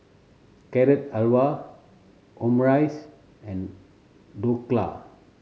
Carrot Halwa Omurice and Dhokla